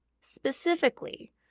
Specifically